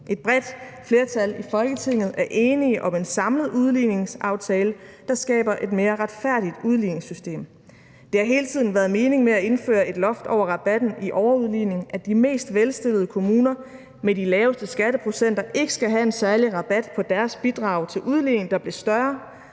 Et bredt flertal i Folketinget er enig om en samlet udligningsaftale, der skaber et mere retfærdigt udligningssystem. Det har hele tiden været meningen med at indføre et loft over rabatten i overudligning, at de mest velstillede kommuner med de laveste skatteprocenter ikke skal have en særlig rabat på deres bidrag til udligningen, der blev større,